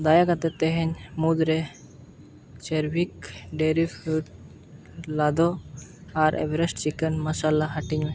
ᱫᱟᱭᱟ ᱠᱟᱛᱮᱫ ᱛᱮᱦᱮᱧ ᱢᱩᱫᱽᱨᱮ ᱪᱮᱨᱵᱷᱤᱠ ᱰᱮᱨᱤ ᱯᱷᱨᱩᱴ ᱞᱟᱫᱚ ᱟᱨ ᱮᱵᱷᱟᱨᱮᱥᱴ ᱪᱤᱠᱮᱱ ᱢᱟᱥᱟᱞᱟ ᱦᱟᱹᱴᱤᱧ ᱢᱮ